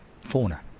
fauna